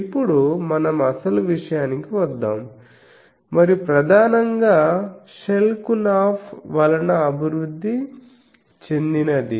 ఇప్పుడు మనం అసలు విషయానికి వద్దాం మరియు ప్రధానంగా షెల్కునాఫ్ వలన అభివృద్ధి చెందినది